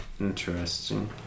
Interesting